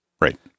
Right